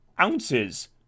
ounces